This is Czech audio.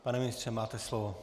Pane ministře, máte slovo.